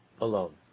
alone